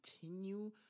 continue